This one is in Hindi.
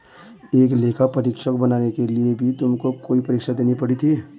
क्या लेखा परीक्षक बनने के लिए भी तुमको कोई परीक्षा देनी पड़ी थी?